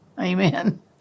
Amen